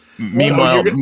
Meanwhile